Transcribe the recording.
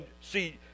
see